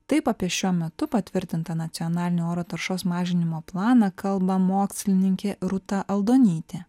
taip apie šiuo metu patvirtintą nacionalinį oro taršos mažinimo planą kalba mokslininkė rūta aldonytė